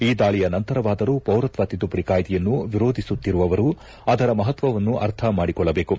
ಈ ದಾಳಿಯ ನಂತರವಾದರೂ ಪೌರತ್ವ ತಿದ್ಲುಪಡಿ ಕಾಯ್ಲೆಯನ್ನು ವಿರೋಧಿಸುತ್ತಿರುವವರು ಅದರ ಮಪತ್ತವನ್ನು ಅರ್ಥ ಮಾಡಿಕೊಳ್ಳಬೇಕು